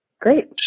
Great